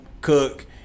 Cook